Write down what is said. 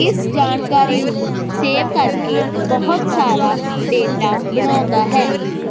ਇਸ ਜਾਣਕਾਰੀ ਨੂੰ ਸੇਵ ਕਰਕੇ ਬਹੁਤ ਸਾਰਾ ਡੇਟਾ ਬਣਾਉਂਦਾ ਹੈ